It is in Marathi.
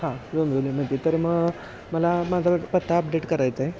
हां डोंबिवलीमध्येतर मग मला माझा पत्ता अपडेट करायचा आहे